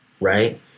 Right